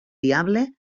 diable